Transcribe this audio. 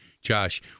Josh